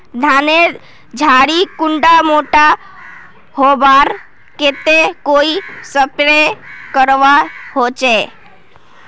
धानेर झार कुंडा मोटा होबार केते कोई स्प्रे करवा होचए?